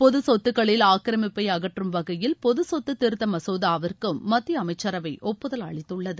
பொது சொத்துக்களில் ஆக்கிரமிப்பை அகற்றும் வகையில் பொது சொத்து திருத்த மசோதாவிற்கும் மத்திய அமைச்சரவை ஒப்புதல் அளித்துள்ளது